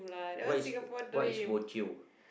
what is what is bojio